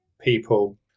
people